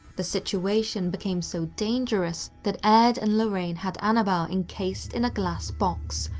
the situation became so dangerous that ed and lorraine had annabelle encased in a glass box,